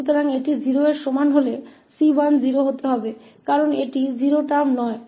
इसलिए इसे 0 के बराबर रखते हुए c1 को 0 होना चाहिए क्योंकि यह 0 पद नहीं है